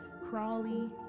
crawly